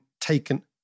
taken